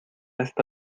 está